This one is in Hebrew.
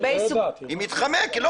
היא מתחמקת.